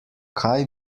kaj